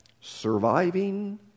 Surviving